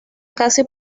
casi